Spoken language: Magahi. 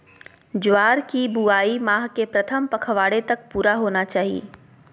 ज्वार की बुआई माह के प्रथम पखवाड़े तक पूरा होना चाही